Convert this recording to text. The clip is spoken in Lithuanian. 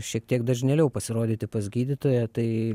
šiek tiek dažneliau pasirodyti pas gydytoją tai